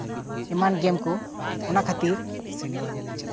ᱮᱢᱟᱱ ᱜᱮᱢ ᱠᱚ ᱚᱱᱟ ᱠᱷᱟᱹᱛᱤᱨ